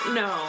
no